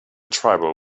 tribal